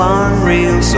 unreal